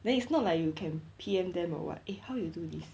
then it's not like you can P_M them or what eh how you do this